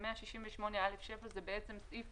ו-168(א)(7) זה סעיף